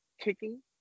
kicking